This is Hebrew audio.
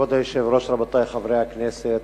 כבוד היושב-ראש, רבותי חברי הכנסת,